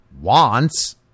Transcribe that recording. wants